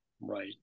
Right